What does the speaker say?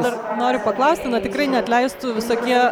dar noriu paklausti na tikrai neatleistų visokie